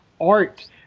art